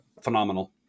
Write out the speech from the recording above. phenomenal